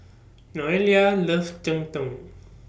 Noelia loves Cheng Tng